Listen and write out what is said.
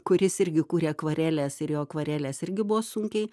kuris irgi kuria akvarelės ir jo akvarelės irgi buvo sunkiai